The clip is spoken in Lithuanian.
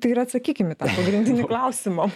tai ir atsakykim į tą pagrindinį klausimą